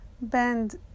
bend